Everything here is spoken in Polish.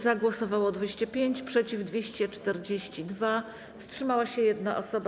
Za głosowało 205, przeciw - 242, wstrzymała się 1 osoba.